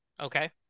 Okay